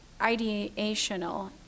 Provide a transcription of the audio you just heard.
ideational